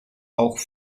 auch